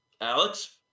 Alex